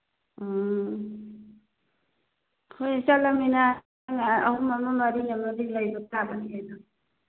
ꯑ ꯍꯣꯏ ꯆꯠꯂꯕꯅꯤꯅ ꯆꯍꯤ ꯑꯍꯨꯝ ꯑꯃ ꯃꯔꯤ ꯑꯃꯗꯤ ꯂꯩꯕꯇꯥꯕꯅꯤ ꯀꯔꯤꯅꯣ